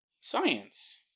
science